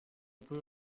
peu